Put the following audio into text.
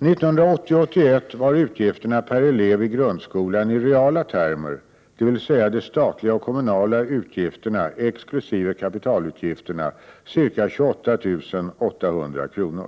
1980/81 var utgifterna per elev i grundskolan i reala termer, dvs. de statliga och kommunala utgifterna exkl. kapitalutgifterna, ca 28 800 kr.